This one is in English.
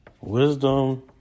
Wisdom